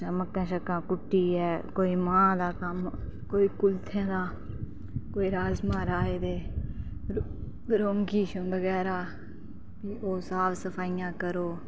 मक्का शक्का कुट्टियै कोई मांह् दा कम कोई कुल्थे दा कोई राजमां राहे दे रौंगी बगैरा ओह् साफ सफाइयां करो